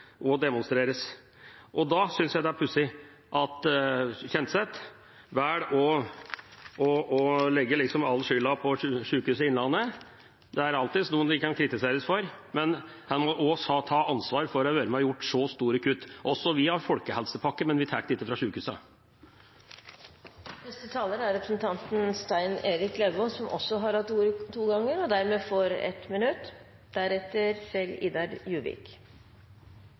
Da synes jeg det er pussig at Kjenseth velger å legge all skyld på Sykehuset Innlandet. Det er alltids noe de kan kritiseres for, men han må også ta ansvar for å ha vært med på å gjøre så store kutt. Vi har også en folkehelsepakke, men vi tar ikke midlene fra sykehusene. Representanten Stein Erik Lauvås har hatt ordet to ganger tidligere og får ordet til en kort merknad, begrenset til 1 minutt.